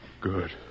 Good